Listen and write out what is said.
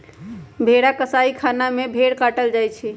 भेड़ा कसाइ खना में भेड़ काटल जाइ छइ